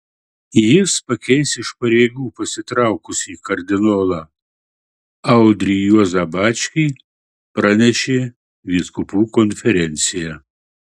jis pakeis iš pareigų pasitraukusį kardinolą audrį juozą bačkį pranešė vyskupų konferencija